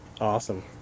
awesome